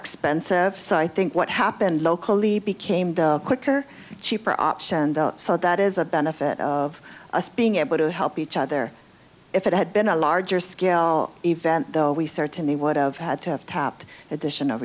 expensive so i think what happened locally became a quicker cheaper option so that is a benefit of us being able to help each other if it had been a larger scale event though we certainly would have had to have tapped addition